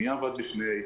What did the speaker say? מי עבד לפני,